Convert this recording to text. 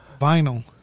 vinyl